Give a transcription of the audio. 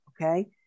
Okay